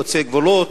חוצה גבולות,